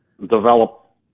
develop